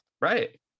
Right